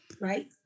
Right